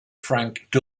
frank